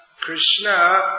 Krishna